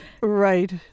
Right